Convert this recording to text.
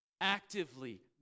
Actively